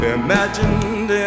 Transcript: imagined